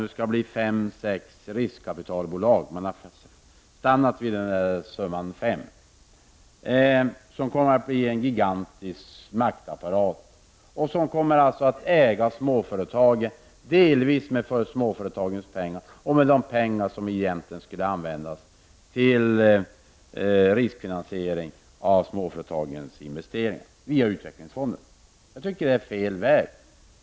Det skall bli riskkapitalbolag — man har stannat vid siffran fem — som kommer att bli en gigantisk maktapparat och som kommer att äga småföretagen, delvis med småföretagens pengar, pengar som egentligen skulle användas till riskfinansiering av småföretagens investeringar via utvecklingsfonderna. Jag tycker att man går fel väg.